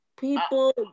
People